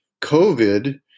COVID